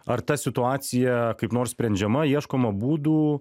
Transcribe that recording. ar ta situacija kaip nors sprendžiama ieškoma būdų